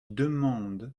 demande